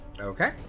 okay